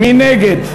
מי נגד?